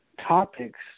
topics